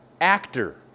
actor